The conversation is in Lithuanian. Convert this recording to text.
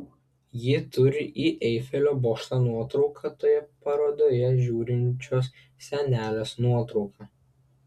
ji turi į eifelio bokšto nuotrauką toje parodoje žiūrinčios senelės nuotrauką